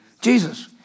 Jesus